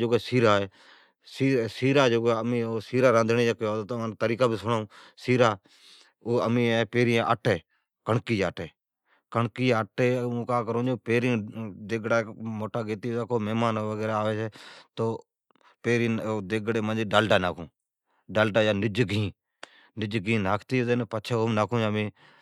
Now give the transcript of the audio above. کو بڑین۔ سیرا راندھڑی جا طریکا بہ امین تمان سڑائون۔ تو پھرین ہے آٹی، کڑکی جی آٹی، کڑکی جی آٹی گیتی پتی، موٹا موٹا دیگڑا، مھمان آوی جکار دیگڑی مئین ڈالٹا ناکھون یا نج گھین ناکھتی پتی پچھی اوم امین